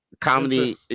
comedy